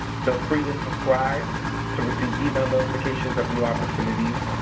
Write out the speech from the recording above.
feel free to subscribe to receive email notifications of new opportunities.